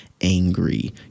angry